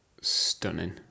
stunning